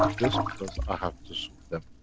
just because i have to suit them.